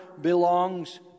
belongs